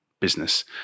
business